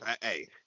Hey